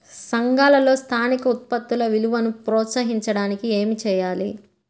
సంఘాలలో స్థానిక ఉత్పత్తుల విలువను ప్రోత్సహించడానికి ఏమి చేయాలి?